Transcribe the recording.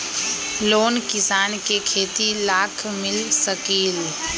Loan किसान के खेती लाख मिल सकील?